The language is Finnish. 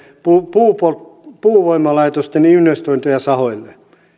puuvoimalaitosten investointeja sahoille